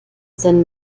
sein